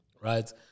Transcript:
right